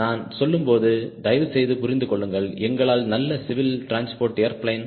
நான் சொல்லும்போது தயவுசெய்து புரிந்து கொள்ளுங்கள் எங்களால் நல்ல சிவில் ட்ரான்ஸ்போர்ட் ஏர்பிளேன்